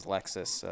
Lexus